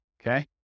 Okay